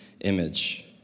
image